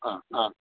ആ ആ